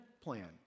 plan